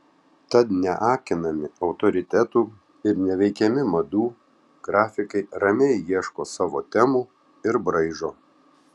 tad neakinami autoritetų ir neveikiami madų grafikai ramiai ieško savo temų ir braižo